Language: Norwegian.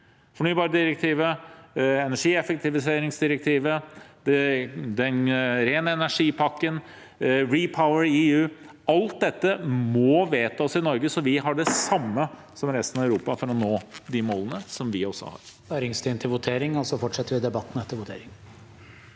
Fornybardirektivet, energieffektiviseringsdirektivet, ren energi-pakken, REPowerEU – alt dette må vedtas i Norge, slik at vi har det samme som resten av Europa for å nå de målene som vi også har.